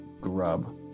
Grub